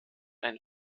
einen